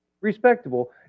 respectable